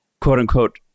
quote-unquote